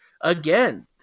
again –